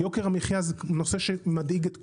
יוקר המחיה זה נושא שמדאיג את כולנו,